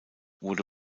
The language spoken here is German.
wurde